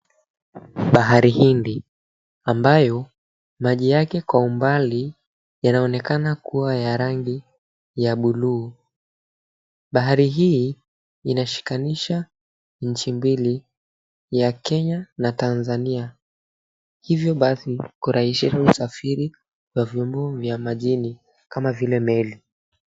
Bahari Hindi ambayo maji yake kwa umbali yanaonekana kuwa ya rangi ya buluu, bahari hii inashikanisha nchi mbili ya Kenya na Tanzania hivyo basi kurahisisha usafiri wa vyombo vya majini kama vile meli.